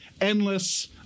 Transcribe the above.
endless